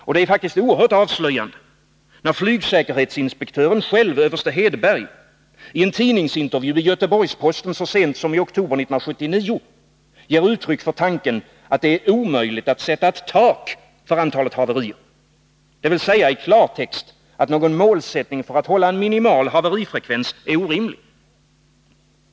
Och det är faktiskt oerhört avslöjande när flygsäkerhetsinspektören själv, överste Hedberg, i en tidningsintervju i Göteborgs-Posten så sent som i oktober 1979 ger uttryck för tanken att det är omöjligt att sätta ett tak för antalet haverier, dvs. i klartext att någon målsättning för att hålla en minimal haverifrekvens är orimlig.